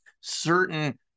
certain